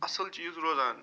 اصٕل چیٖز روزان